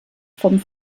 vom